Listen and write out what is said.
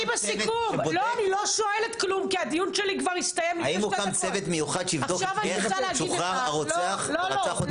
האם הוקם צוות מיוחד שיבדוק איך שוחרר הרוצח שרצח עוד פעם?